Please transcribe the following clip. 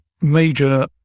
major